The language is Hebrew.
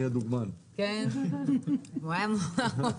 אנחנו במשרד